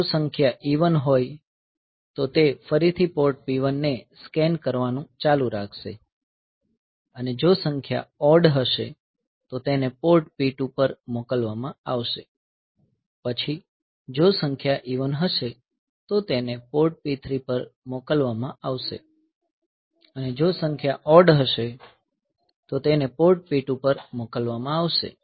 જો સંખ્યા ઇવન હોય તો તે ફરીથી પોર્ટ P1 ને સ્કેન કરવાનું ચાલુ રાખશે અને જો સંખ્યા ઓડ હશે તો તેને પોર્ટ P2 પર મોકલવામાં આવશે પછી જો સંખ્યા ઇવન હશે તો તેને પોર્ટ P3 પર મોકલવામાં આવશે અને જો સંખ્યા ઓડ હશે તો તેને પોર્ટ P2 પર મોકલવામાં આવશે